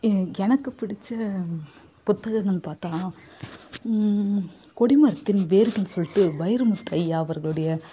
எனக்கு பிடிச்ச புத்தகங்கள் பார்த்தா கொடி மரத்தின் வேர்கள்னு சொல்லிட்டு வைரமுத்து ஐயா அவர்களுடைய